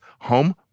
home